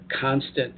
constant